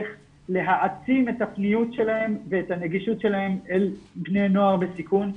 איך להעצים את הפניות שלהם ואת הנגישות שלהם אל בני נוער בסיכון,